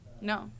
No